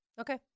Okay